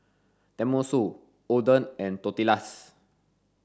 Tenmusu Oden and Tortillas